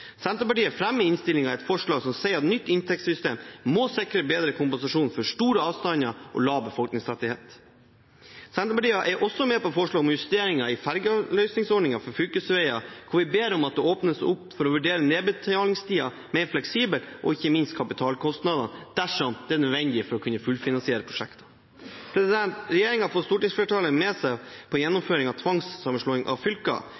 Senterpartiet fremmer i innstillingen et forslag om at nytt inntektssystem må sikre bedre kompensasjon for store avstander og lav befolkningstetthet. Senterpartiet er også med på et forslag om justeringer i fergeavløsningsordningen for fylkesveier, hvor vi ber om at det åpnes for å vurdere nedbetalingstiden mer fleksibelt, og ikke minst kapitalkostnadene, dersom det er nødvendig for å kunne fullfinansiere prosjekter. Regjeringen har fått stortingsflertallet med seg på gjennomføring av tvangssammenslåing av fylker.